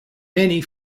many